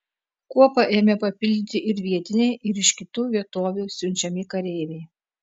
kuopą ėmė papildyti ir vietiniai ir iš kitų vietovių siunčiami kareiviai